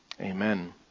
Amen